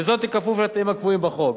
וזאת בכפוף לתנאים הקבועים בחוק.